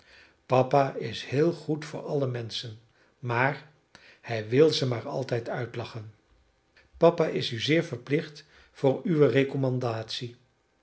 papa is heel goed voor alle menschen maar hij wil ze maar altijd uitlachen papa is u zeer verplicht voor uwe